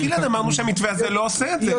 גלעד, אמרנו שהמתווה הזה לא עושה את זה.